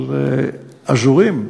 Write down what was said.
אזורים,